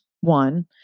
One